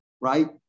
Right